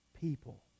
people